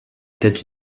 tête